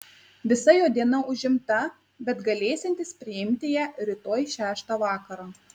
visa jo diena užimta bet galėsiantis priimti ją rytoj šeštą vakaro